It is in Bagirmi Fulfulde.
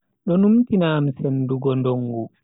Do numtina am sendugo dongu.